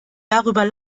darüber